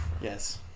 Yes